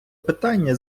питання